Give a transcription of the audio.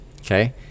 okay